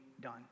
done